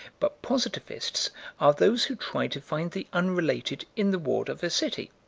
but positivists are those who try to find the unrelated in the ward of a city.